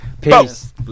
Peace